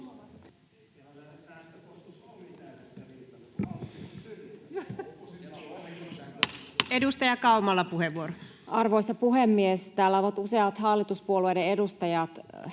Edustaja Kauma. Arvoisa puhemies! Täällä ovat useat hallituspuolueiden edustajat